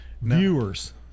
Viewers